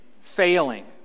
failing